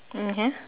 mmhmm